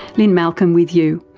lynne malcolm with you.